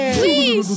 please